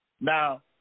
Now